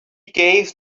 gave